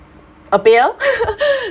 appeal